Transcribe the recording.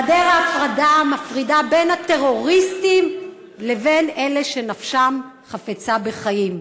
גדר ההפרדה מפרידה בין הטרוריסטים לבין אלה שנפשם חפצה בחיים.